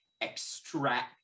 extract